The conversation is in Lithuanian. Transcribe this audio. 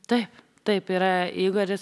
taip taip yra igoris